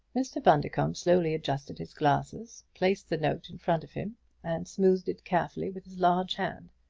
mr. bundercombe slowly adjusted his glasses, placed the note in front of him and smoothed it carefully with his large hand.